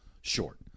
short